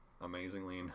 Amazingly